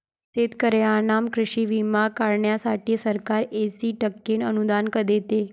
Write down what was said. शेतकऱ्यांना कृषी विमा काढण्यासाठी सरकार ऐंशी टक्के अनुदान देते